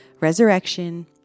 resurrection